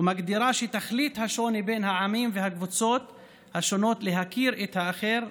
ומגדירה שתכלית השוני בין העמים והקבוצות השונות להכיר את האחר,